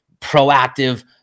proactive